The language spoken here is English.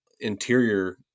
interior –